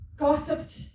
gossiped